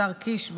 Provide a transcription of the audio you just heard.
השר קיש,